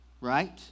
right